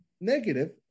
negative